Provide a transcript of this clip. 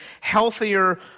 healthier